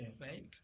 right